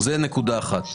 זו נקודה אחת.